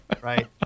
Right